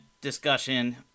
discussion